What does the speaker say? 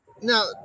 Now